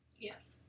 Yes